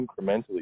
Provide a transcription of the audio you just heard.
incrementally